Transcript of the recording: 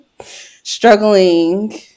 struggling